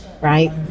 right